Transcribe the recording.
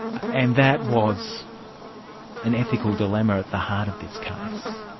and that was an ethical dilemma at the heart of this case.